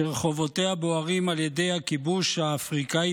שרחובותיה בוערים על ידי הכיבוש האפריקאי